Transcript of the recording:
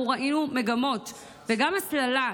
אנחנו ראינו מגמות וגם הסללה,